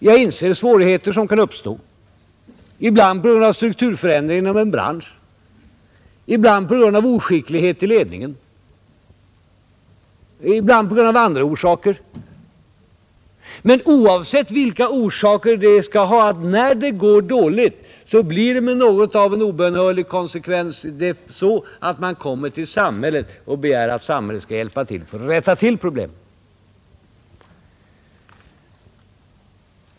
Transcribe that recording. Jag inser svårigheter som kan uppstå, ibland på grund av strukturförändring inom en bransch, ibland på grund av oskicklighet i ledningen, ibland av andra orsaker. Men när det går dåligt, oavsett orsakerna, blir det med något av en obönhörlig konsekvens så att man kommer till samhället och begär att samhället skall hjälpa till att klara problemen.